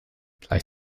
gleich